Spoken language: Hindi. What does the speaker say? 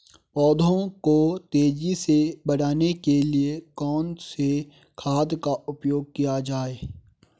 पौधों को तेजी से बढ़ाने के लिए कौन से खाद का उपयोग किया जाए?